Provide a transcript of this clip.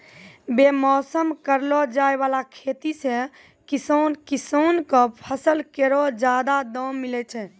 बेमौसम करलो जाय वाला खेती सें किसान किसान क फसल केरो जादा दाम मिलै छै